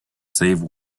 save